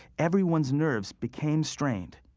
everyone's nerves became strained.